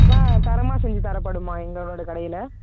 ஆ தரமாக செஞ்சு தரப்படும்மா எங்களோடய கடையில்